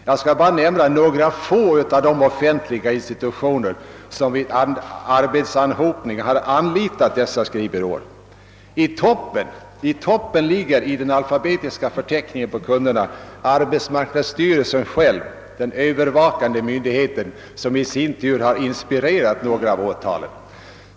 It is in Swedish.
Jag skall bara nämna några få av de offentliga institutioner som har anlitat dessa skrivbyråer. I toppen av den alfabetiska förteckning över kunder som jag har ligger arbetsmarknadsstyrelsen själv — den övervakande myndigheten, som i sin tur har inspirerat några av åtalen.